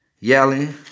yelling